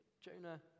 Jonah